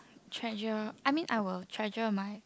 treasure I mean I will treasure my